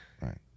Right